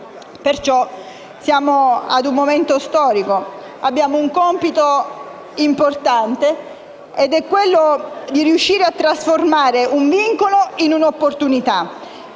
perciò ad un momento storico. Abbiamo un compito importante, quello di riuscire a trasformare un vincolo in un'opportunità;